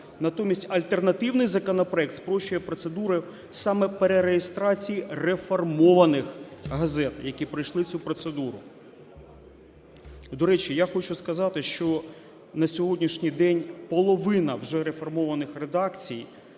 Натомість альтернативний законопроект спрощує процедури саме перереєстрації реформованих газет, які пройшли цю процедуру. До речі, я хочу сказати, що на сьогоднішній день половина вже реформованих редакцій,